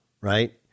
right